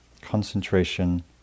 concentration